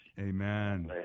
Amen